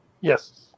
Yes